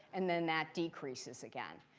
and then that decreases again.